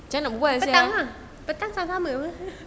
petang ah petang sama-sama apa